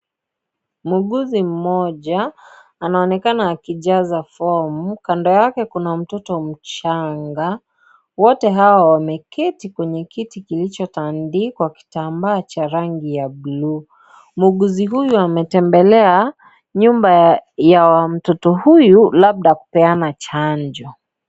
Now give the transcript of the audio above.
Muuguzi mmoja anaonekana akijaza fomu. Kando yake, kuna mtoto mchanga. Wote hao wameketi kwenye kiti kilichotandikwa kitambaa cha rangi ya buluu. Muuguzi huyu, ametembelea nyumba ya mtoto huyu labda kupeana chanjo.